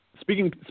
Speaking